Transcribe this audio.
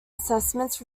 assessments